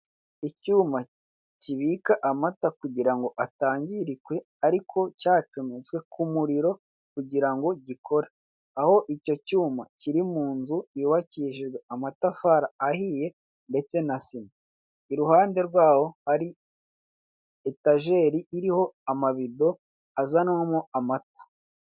Icyuma kibika amata kugira ngo atangirika ariko cyacometswe ku muriro kugira ngo gikore, aho icyo cyuma kiri mu nzu yubakishijwe amatafari ahiye ndetse na sima, iruhande rwaho hari etajeri iriho amabido azanwaho amata.